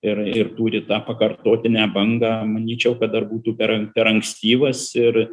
ir ir turi tą pakartotinę bangą manyčiau kad dar būtų per ank per ankstyvas ir